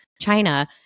China